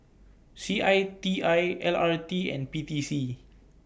C I T I L R T and P T C